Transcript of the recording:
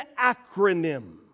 acronym